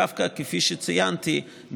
כפי שציינתי,